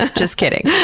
ah just kidding.